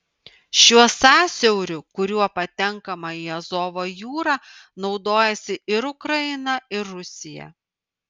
šiuo sąsiauriu kuriuo patenkama į azovo jūrą naudojasi ir ukraina ir rusija